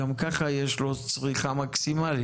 גם כך יש לו צריכה מקסימלית.